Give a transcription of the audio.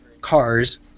cars